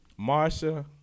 Marsha